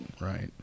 right